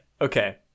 Okay